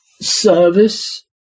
service